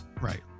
Right